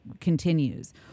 continues